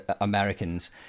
Americans